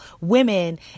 women